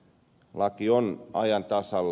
laki on ajan tasalla